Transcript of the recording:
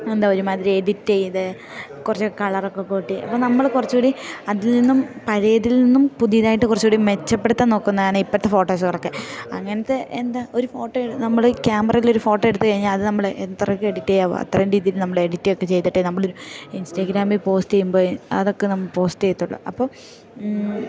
എന്താ ഒരുമാതിരി എഡിറ്റ് ചെയ്ത് കുറച്ച് കളറൊക്കെ കൂട്ടി അപ്പം നമ്മൾ കുറച്ചു കൂടി അതിൽ നിന്നും പഴയതിൽ നിന്നും പുതിയതായിട്ട് കുറച്ചു കൂടി മെച്ചപ്പെടുത്താൻ നോക്കുന്നതാണ് ഇപ്പോഴത്തെ ഫോട്ടോസുകളൊക്കെ അങ്ങനത്തെ എന്താ ഒരു ഫോട്ടോ നമ്മൾ ക്യാമറയിൽ ഒരു ഫോട്ടോ എടുത്തു കഴിഞ്ഞാൽ അത് നമ്മൾ എത്രയൊക്കെ എഡിറ്റ് ചെയ്യാമോ അത്രയും രീതിയിൽ നമ്മൾ എഡിറ്റൊക്കെ ചെയ്തിട്ടേ നമ്മളൊരു ഇൻസ്റ്റാഗ്രാമിൽ പോസ്റ്റ് ചെയ്യുമ്പോൾ അതൊക്കെ നമ്മൾ പോസ്റ്റ് ചെയ്യത്തുള്ളു അപ്പം